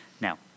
Now